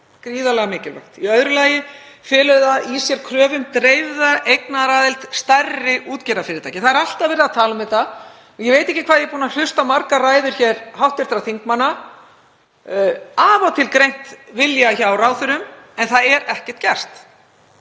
Gríðarlega mikilvægt. Í öðru lagi felur það í sér kröfu um dreifða eignaraðild stærri útgerðarfyrirtækja. Það er alltaf verið að tala um þetta og ég veit ekki hvað ég er búin að hlusta á margar ræður hv. þingmanna hér, hef af og til greint vilja hjá ráðherrum, en það er ekkert gert.